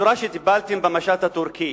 בצורה שבה טיפלתם במשט הטורקי.